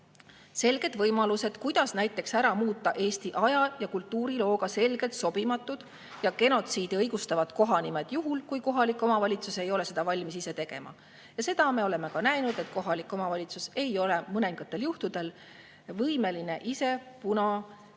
selged võimalused, kuidas ära muuta näiteks Eesti aja‑ ja kultuurilooga selgelt sobimatud ja genotsiidi õigustavad kohanimed juhul, kui kohalik omavalitsus ei ole seda valmis ise tegema. Ja seda me oleme ka näinud, et kohalik omavalitsus ei ole mõningatel juhtudel võimeline ise